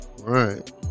Right